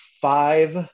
five